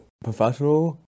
professional